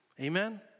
Amen